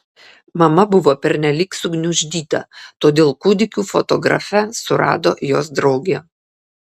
mama buvo pernelyg sugniuždyta todėl kūdikių fotografę surado jos draugė